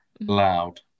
Loud